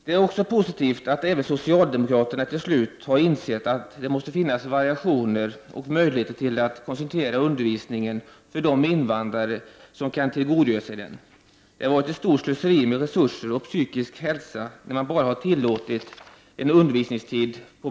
Det är också positivt att även socialdemokraterna till slut har insett att det måste finnas variationer och möjligheter till att koncentrera undervisningen för de invandrare som kan tillgodogöra sig den.